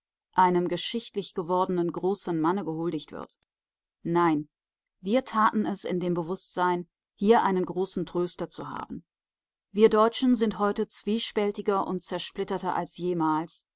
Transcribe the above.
einem geschichtlich gewordenen großen manne gehuldigt wird nein wir taten es in dem bewußtsein hier einen großen tröster zu haben wir deutschen sind heute zwiespältiger und zersplitterter als jemals